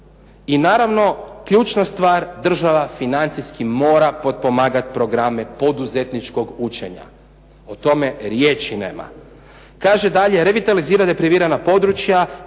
I naravno, ključna stvar, država financijski mora potpomagati programe poduzetničkog učenja. O tome riječi nema. Kaže dalje revitalizira …/Govornik